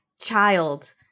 child